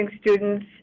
students